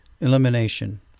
Elimination